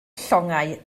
llongau